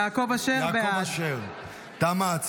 (קוראת בשם חבר הכנסת) יעקב אשר, בעד תמה ההצבעה.